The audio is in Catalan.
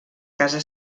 casa